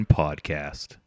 podcast